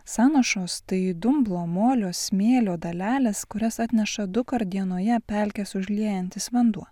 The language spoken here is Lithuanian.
sąnašos tai dumblo molio smėlio dalelės kurias atneša dukart dienoje pelkes užliejantis vanduo